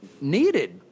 needed